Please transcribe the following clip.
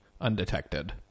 undetected